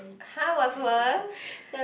how were was